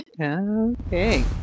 Okay